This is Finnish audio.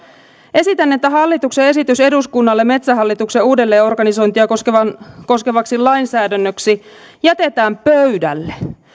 esitän että hallituksen esitys eduskunnalle metsähallituksen uudelleenorganisointia koskevaksi koskevaksi lainsäädännöksi jätetään pöydälle